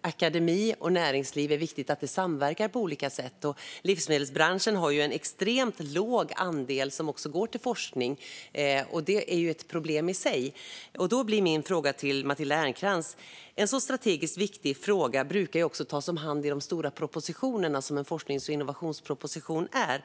akademi respektive näringsliv samverkar på olika sätt. Livsmedelsbranschen har ju en extremt låg andel som går till forskning, och detta är ett problem i sig. En så strategiskt viktig fråga brukar ju tas om hand i stora propositioner, vilket en forsknings och innovationsproposition är.